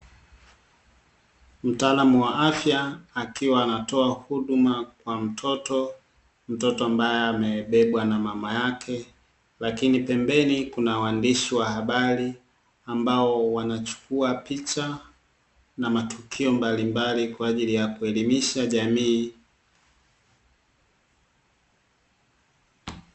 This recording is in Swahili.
Mtaalamu wa afya akiwa anatoa huduma kwa mtoto. Mtoto ambaye amebebwa na mama yake, lakini pembeni kuna waandishi wa habari ambao wanachukua picha na matukio mbalimbali kwa ajili ya kuelimisha jamii.